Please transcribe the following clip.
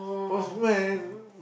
postman